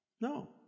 No